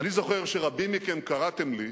אני זוכר שרבים מכם קראתם לי,